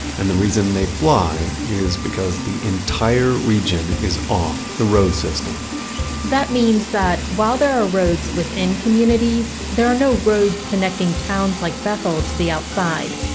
and the reason they fly is because the entire region is off the road system that means that while there are roads within communities, there are no roads connecting towns like bethel to the outside.